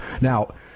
Now